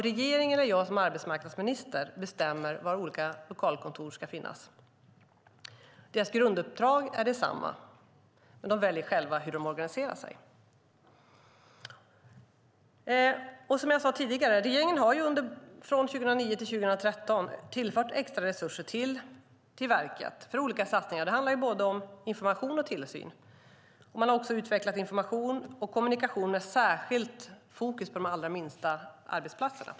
Regeringen eller jag som arbetsmarknadsminister bestämmer inte var olika lokalkontor ska finnas. Deras grunduppdrag är detsamma, men de väljer själva hur de organiserar sig. Som jag sade tidigare har regeringen från 2009 till 2013 tillfört extra resurser till verket för olika satsningar. Det handlar om både information och tillsyn. Man har också utvecklat information och kommunikation med särskilt fokus på de allra minsta arbetsplatserna.